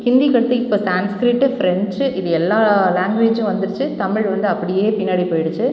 ஹிந்திக்கு அடுத்து இப்போ Sanskrit French இது எல்லா லேங்குவேஜும் வந்துடுச்சு தமிழ் வந்து அப்படியே பின்னாடி போயிடுச்சு